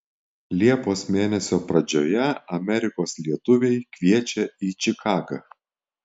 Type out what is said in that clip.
liepos mėnesio pradžioje amerikos lietuviai kviečia į čikagą